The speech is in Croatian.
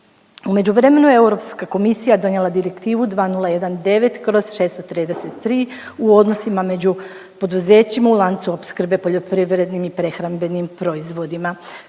U međuvremenu, Europska komisija donijela Direktivu 2019/633 u odnosima među poduzećima u lancu opskrbe poljoprivrednim i prehrambenim proizvodima.